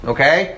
Okay